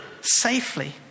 Safely